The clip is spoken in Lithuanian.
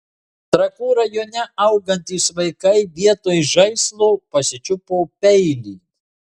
trakų rajone augantys vaikai vietoj žaislo pasičiupo peilį